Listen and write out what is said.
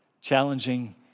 challenging